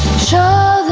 show